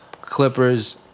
Clippers